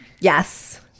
Yes